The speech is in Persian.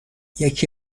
یکی